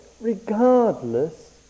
regardless